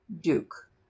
Duke